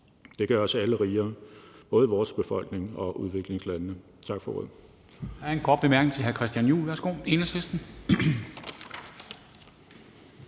Det gør os alle rigere, både vores befolkning og udviklingslandenes. Tak for ordet.